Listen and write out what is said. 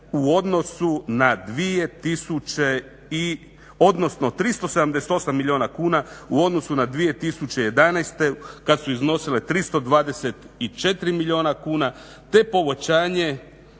odnosno 378 milijuna kuna u odnosu na 2011. kad su iznosile 324 milijuna kuna te povećanje